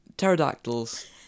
Pterodactyls